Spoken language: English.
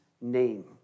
name